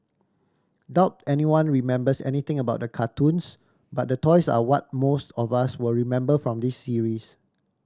doubt anyone remembers anything about the cartoons but the toys are what most of us will remember from this series